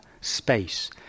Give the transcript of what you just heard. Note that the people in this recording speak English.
space